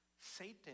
Satan